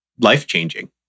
life-changing